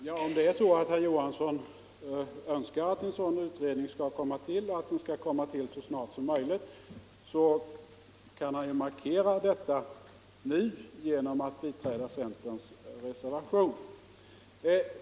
Herr talman! Om herr Johansson i Trollhättan verkligen önskar att en utredning skall komma till stånd och att den skall komma så snart som möjligt, kan han ju markera detta nu genom att biträda centerns reservation.